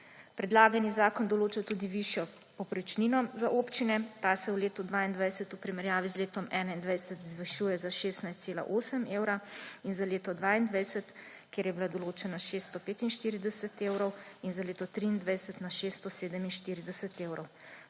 Predlagani zakon določa tudi višjo povprečnino za občine. Ta se v letu 2022 v primerjavi z letom 2021 zvišuje za 16,8 evra, za leto 2022 je bila določena 645 evrov, in za leto 2023 na 647 evrov.